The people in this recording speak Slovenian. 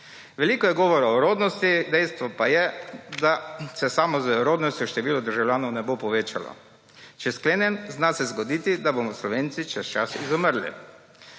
Veliko je govora o rodnosti, dejstvo pa je, da se samo z rodnostjo število državljanov ne bo povečalo. Če sklenem, zna se zgoditi, da bomo Slovenci čez čas izumrli,